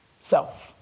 self